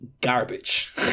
garbage